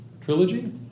trilogy